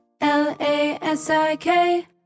L-A-S-I-K